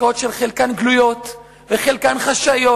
חלקן גלויות וחלקן חשאיות,